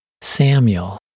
Samuel